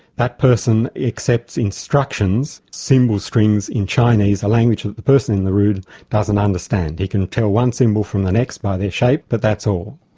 that person accepts instructions, symbol strings in chinese, a language that the person in the room doesn't understand. he can tell one symbol from the next by their shape, but that's all.